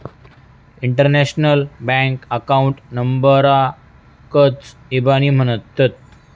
international bank account नंबराकच इबानी म्हणतत